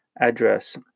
address